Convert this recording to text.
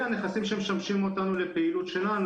והנכסים שמשמשים אותנו לפעילות שלנו